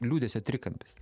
liūdesio trikampis